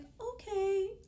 okay